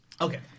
Okay